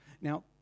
Now